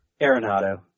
Arenado